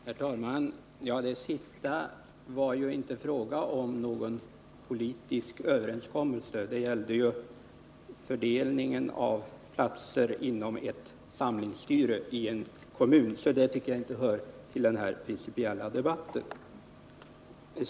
Herr talman! I det sistnämnda fallet var det ju inte fråga om någon politisk överenskommelse. Det gällde fördelningen av platser inom ett samlingsstyre i en kommun, så det tycker jag inte hör till den här principiella debatten.